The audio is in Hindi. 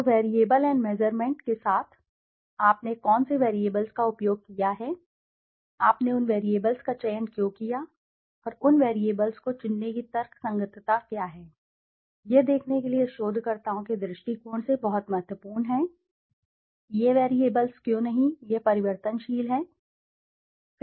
तो वेरिएबल एंड मेजरमेंट के साथ इसलिए आपने कौन से वैरिएबल्स का उपयोग किया है आपने उन वैरिएबल्स का चयन क्यों किया और उन वैरिएबल्स को चुनने की तर्कसंगतता क्या है यह देखने के लिए शोधकर्ताओं के दृष्टिकोण से बहुत महत्वपूर्ण है कि यह वैरिएबल्स क्यों नहीं यह परिवर्तनशील है